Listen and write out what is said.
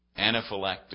Anaphylactic